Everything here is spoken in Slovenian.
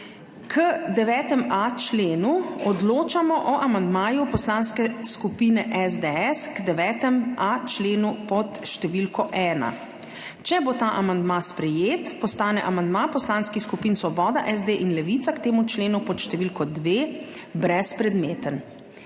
K 9.a členu odločamo o amandmaju Poslanske skupine SDS k 9.a členu pod številko 1. Če bo ta amandma sprejet, postane amandma Poslanskih skupin Svoboda, SD in Levica k temu členu pod številko dve brezpredmeten.